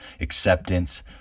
acceptance